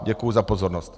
Děkuji za pozornost.